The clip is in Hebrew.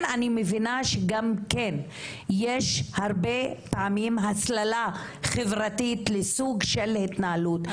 אני מבינה שגם כן יש הרבה פעמים הסללה חברתית לסוג של התנהלות.